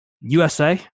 USA